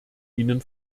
ihnen